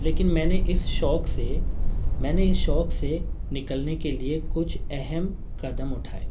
لیکن میں نے اس شوق سے میں نے اس شوق سے نکلنے کے لیے کچھ اہم قدم اٹھائے